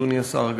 אדוני השר,